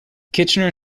kitchener